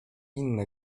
inne